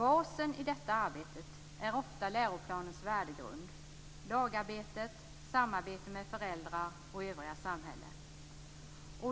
Basen i detta arbete är ofta läroplanens värdegrund, lagarbetet, samarbetet med föräldrar och det övriga samhället.